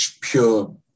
pure